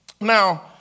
Now